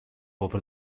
over